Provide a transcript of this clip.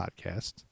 podcast